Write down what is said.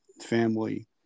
family